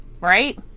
Right